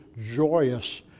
joyous